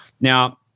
Now